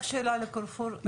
רק שאלה ל'קרפור'.